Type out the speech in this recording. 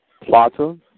Plata